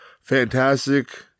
fantastic